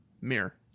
Mirror